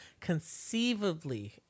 conceivably